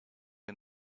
and